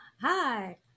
Hi